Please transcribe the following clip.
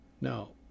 Now